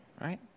Right